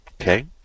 Okay